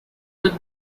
the